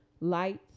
lights